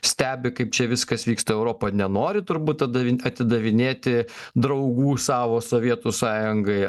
stebi kaip čia viskas vyksta europa nenori turbūt tada atidavinėti draugų savo sovietų sąjungai